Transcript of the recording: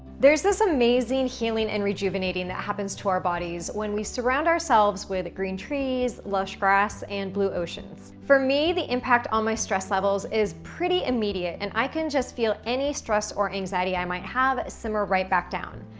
there's this amazing healing and rejuvenating that happens to our bodies when we surround ourselves with green trees, lush grass, and blue oceans. for me, the impact on my stress levels is pretty immediate, and i can just feel any stress or anxiety that i might have simmer right back down.